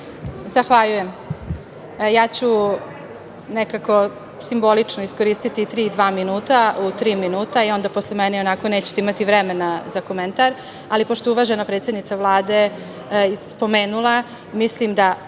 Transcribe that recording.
Zahvaljujem. Ja ću nekako simbolično iskoristiti tri i dva minuta u tri minuta i onda posle mene i onako nećete imati vremena za komentar, ali pošto uvažena predsednica Vlade spomenula, mislim da